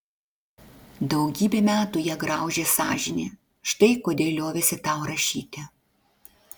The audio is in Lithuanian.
daugybę metų ją graužė sąžinė štai kodėl liovėsi tau rašyti